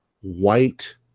white